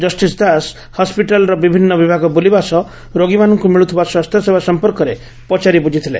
justice Das ହସିଟାଲର ବିଭିନ୍ନ ବିଭାଗ ବୁଲିବା ସହ ରୋଗୀମାନଙ୍କୁ ମିଳୁଥିବା ସ୍ୱାସ୍ଥ୍ୟସେବା ସଂପର୍କରେ ପଚାରି ବୁଝିଥିଲେ